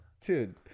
Dude